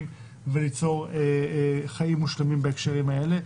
וליצור חיים מושלמים בהקשרים האלה.